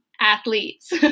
athletes